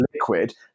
liquid